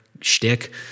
shtick